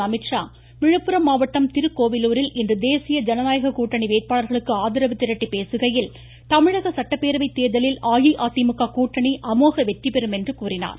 அமித்ஷா விழுப்புரம் மாவட்டம் திருக்கோவிலூரில் இன்று தேசிய ஜனநாயக கூட்டணி வேட்பாளர்களுக்கு ஆதரவு திரட்டி பேசுகையில் தமிழக சட்டப்பேரவை தேர்தலில் அஇஅதிமுக கூட்டணி அமோக வெற்றி பெறும் என்று கூறினார்